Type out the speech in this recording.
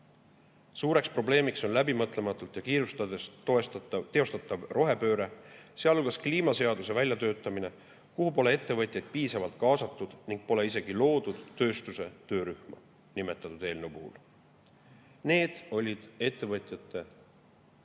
Suureks probleemiks on läbimõtlematult ja kiirustades teostatav rohepööre, sealhulgas kliimaseaduse väljatöötamine, kuhu pole ettevõtjaid piisavalt kaasatud ning pole isegi loodud tööstuse töörühma nimetatud eelnõu puhul. Need olid ettevõtjate